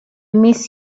miss